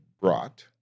Brought